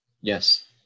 yes